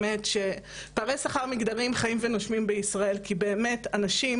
שפערי שכר מגדריים חיים ונושמים בישראל כי באמת אנשים